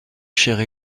chère